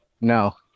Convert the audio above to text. No